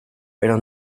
pero